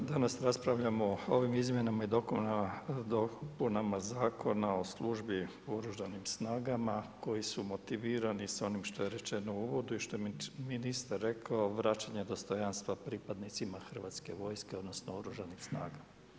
Danas raspravljamo o ovim izmjenama i dopunama Zakona o službi u Oružanim snagama koji su motivirani s onim što rečeno u uvodu i što je ministar rekao, vračanje dostojanstva pripadnicima Hrvatske vojske, odnosno Oružanih snaga.